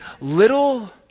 little